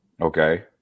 Okay